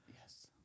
Yes